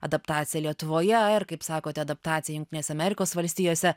adaptacija lietuvoje ir kaip sakote adaptacija jungtinėse amerikos valstijose